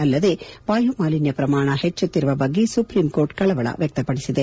ಅಲ್ಲದೆ ವಾಯು ಮಾಲಿನ್ಯ ಪ್ರಮಾಣ ಹೆಚ್ಚುತ್ತಿರುವ ಬಗ್ಗೆ ಸುಪ್ರೀಂ ಕೋರ್ಟ್ ಕಳವಳ ವ್ಯಕ್ತಪಡಿಸಿದೆ